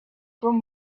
from